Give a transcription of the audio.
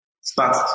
start